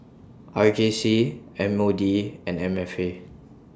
R J C M O D and M F A